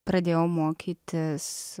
pradėjau mokytis